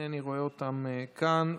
אינני רואה אותם כאן.